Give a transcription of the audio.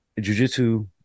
Jiu-jitsu